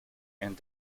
and